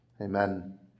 Amen